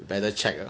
you better check ah